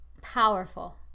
Powerful